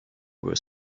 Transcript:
were